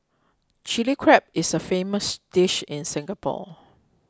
Chilli Crab is a famous dish in Singapore